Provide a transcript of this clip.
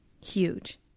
Huge